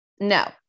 no